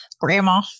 grandma